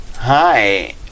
Hi